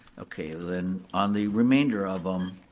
okay, then on the remainder of them,